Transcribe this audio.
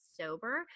sober